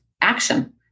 action